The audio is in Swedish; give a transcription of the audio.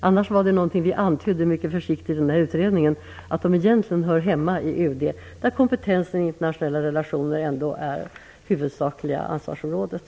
Annars antydde vi mycket försiktigt under utredningen att de här frågorna egentligen hör hemma i UD, där internationella relationer ändock är det huvudsakliga ansvarsområdet.